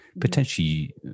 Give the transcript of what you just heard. potentially